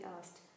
asked